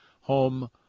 home